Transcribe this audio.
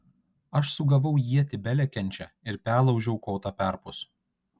aš sugavau ietį belekiančią ir perlaužiau kotą perpus